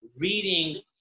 reading